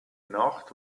nacht